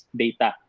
data